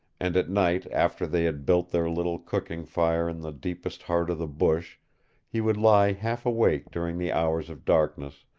and at night after they had built their little cooking fire in the deepest heart of the bush he would lie half awake during the hours of darkness,